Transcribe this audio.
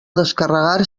descarregar